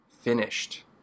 finished